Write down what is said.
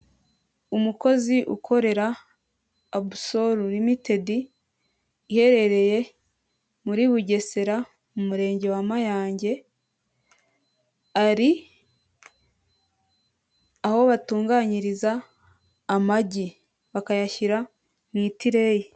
Umukozi ukorera abusoru limitedi iherereye muri Bugesera mu murenge wa Mayange ari aho batunganyiriza amagi bakayashyira mu itireyi.